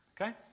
Okay